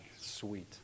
sweet